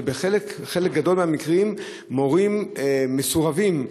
ובחלק גדול מהמקרים מורים מסורבים,